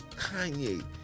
Kanye